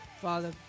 Father